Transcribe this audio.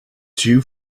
two